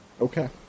Okay